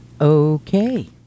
Okay